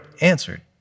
answered